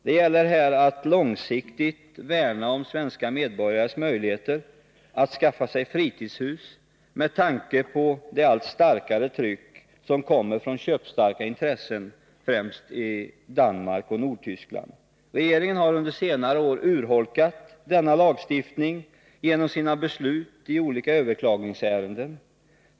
Det gäller här att långsiktigt värna om svenska medborgares möjligheter att skaffa sig fritidshus, med tanke på det allt hårdare tryck som kommer från köpstarka intressen, främst i Danmark och Nordtyskland. Regeringen har under senare år urholkat denna lagstiftning genom sina beslut i olika överklagningsärenden.